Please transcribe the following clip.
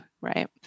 right